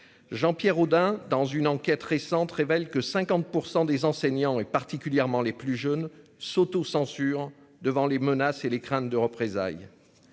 Jean Pierre Houdin dans une enquête récente révèle que 50% des enseignants et particulièrement les plus jeunes s'autocensurent. Devant les menaces et les craintes de représailles.